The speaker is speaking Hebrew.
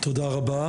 תודה רבה